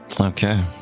Okay